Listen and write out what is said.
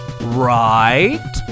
right